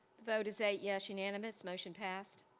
vote is eight yes, unanimous motion passed.